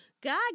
God